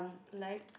like